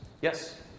Yes